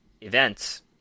events